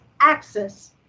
access